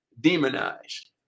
demonized